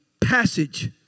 passage